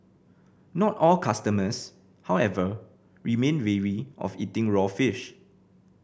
not all customers however remain wary of eating raw fish